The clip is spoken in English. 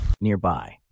Nearby